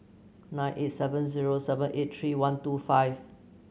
nine eight seven zero seven eight three one two five